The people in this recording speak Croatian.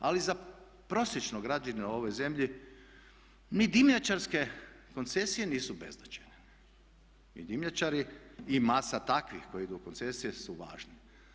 Ali za prosječnog građanina ove zemlje ni dimnjačarske koncesije nisu beznačajne, ni dimnjačari i masa takvih koji idu u koncesije su važni.